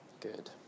Good